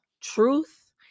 Truth